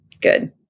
Good